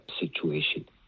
situation